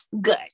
Good